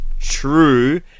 true